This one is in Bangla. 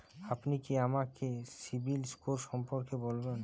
আপনি কি আমাকে সিবিল স্কোর সম্পর্কে বলবেন?